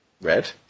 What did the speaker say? Red